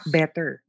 better